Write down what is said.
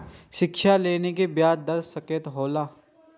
शिक्षा लोन के ब्याज दर कतेक हौला?